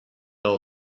all